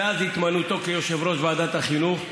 מאז התמנותו ליושב-ראש ועדת החינוך,